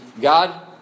God